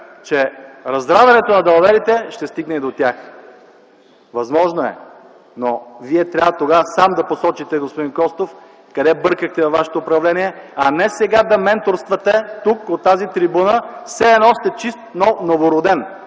че разравянето на далаверите ще стигне и до тях. Възможно е. Но Вие трябва тогава сам да посочите, господин Костов, къде бъркахте във Вашето управление, а не сега да менторствате тук, от тази трибуна, все едно сте чист, но новороден.